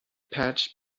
patch